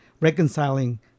reconciling